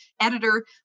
editor